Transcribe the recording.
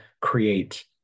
create